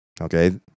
Okay